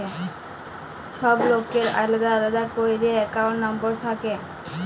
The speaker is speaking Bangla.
ছব লকের আলেদা আলেদা ক্যইরে একাউল্ট লম্বর থ্যাকে